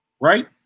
right